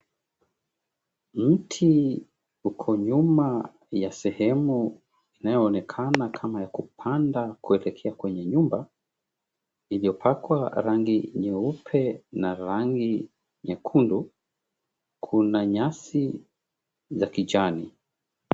Mti uko nyuma ya sehemu inayoonekana kama ya yakupanda kuelekea kwenye nyumba, iliyopakwa rangi nyeupe na rangi nyekundu, kuna nyasi za kijani.